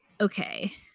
okay